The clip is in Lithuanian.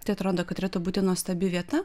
tai atrodo kad turėtų būti nuostabi vieta